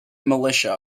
militia